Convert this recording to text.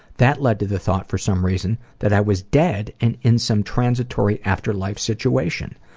that lead to the thought, for some reason, that i was dead and in some transitory afterlife situation.